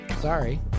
sorry